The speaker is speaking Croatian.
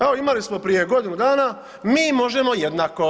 Evo, imali smo prije godinu dana, Mi možemo jednako.